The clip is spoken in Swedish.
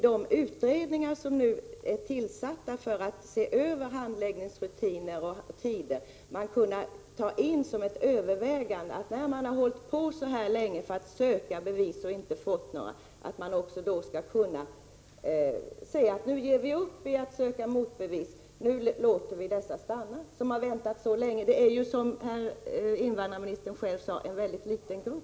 De utredningar som är tillsatta för att se över handläggningsrutinerna och handläggningstiderna borde kunna införa en möjlighet att man i fall där man länge sökt motbevisa gjorda påståenden, men inte kunnat göra detta, får överväga att säga: Nu ger vi upp detta sökande av motbevis och låter den som väntat så länge stanna. Det handlar ju, som invandrarministern själv sade, om en väldigt liten grupp.